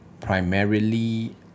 primarily